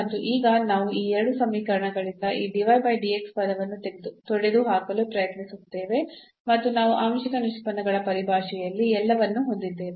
ಮತ್ತು ಈಗ ನಾವು ಈ ಎರಡು ಸಮೀಕರಣಗಳಿಂದ ಈ ಪದವನ್ನು ತೊಡೆದುಹಾಕಲು ಪ್ರಯತ್ನಿಸುತ್ತೇವೆ ಮತ್ತು ನಾವು ಆಂಶಿಕ ನಿಷ್ಪನ್ನಗಳ ಪರಿಭಾಷೆಯಲ್ಲಿ ಎಲ್ಲವನ್ನೂ ಹೊಂದಿದ್ದೇವೆ